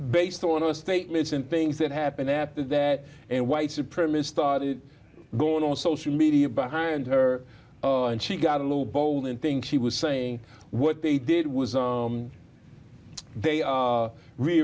based on our statements and things that happen after that and white supremacy started going on social media behind her and she got a little bold and think she was saying what they did was they